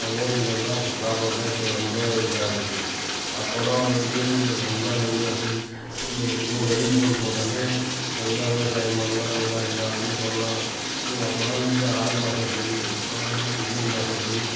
அதுமாதிரி இப்போ இதெல்லாம் இப்போ ப்ராப்ளெம் இப்போ ரொம்ப இதாக இருக்குது அப்போலாம் வந்து நல்ல நெல் வசதி நூறு அடி போர் போட்டாலே நல்ல விவசாயம் பண்ணலாம் நல்ல எல்லா இதுவும் பண்ணலாம் அப்போலாம் நெல் ஆறு மாத பயிறு இப்போலாம் என்னன்னா மூணு மாத பயிறு